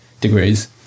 degrees